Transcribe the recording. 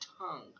tongue